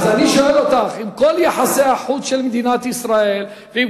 עם כל יחסי החוץ של מדינת ישראל ועם